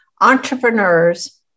entrepreneurs